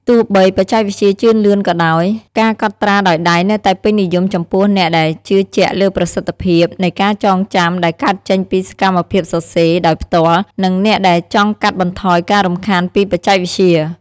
ទោះបីបច្ចេកវិទ្យាជឿនលឿនក៏ដោយ ការកត់ត្រាដោយដៃនៅតែពេញនិយមចំពោះអ្នកដែលជឿជាក់លើប្រសិទ្ធភាពនៃការចងចាំដែលកើតចេញពីសកម្មភាពសរសេរដោយផ្ទាល់ និងអ្នកដែលចង់កាត់បន្ថយការរំខានពីបច្ចេកវិទ្យា។